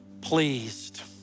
pleased